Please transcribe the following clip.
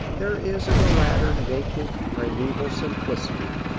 there is in the latter naked, primeval simplicity,